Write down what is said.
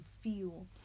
feel